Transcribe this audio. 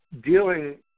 dealing